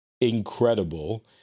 incredible